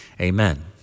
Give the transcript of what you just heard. amen